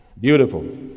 Beautiful